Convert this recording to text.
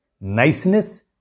niceness